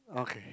okay